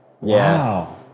Wow